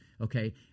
Okay